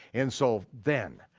and so then,